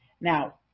Now